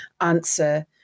answer